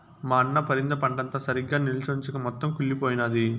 మా అన్న పరింద పంటంతా సరిగ్గా నిల్చొంచక మొత్తం కుళ్లిపోయినాది